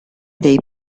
dei